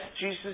Jesus